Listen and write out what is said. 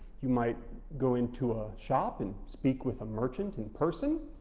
you might go into a shop and speak with a merchant in person,